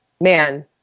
man